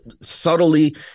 subtly